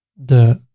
the